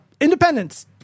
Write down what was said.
Independence